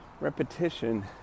repetition